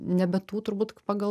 ne be tų turbūt pagal